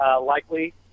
likely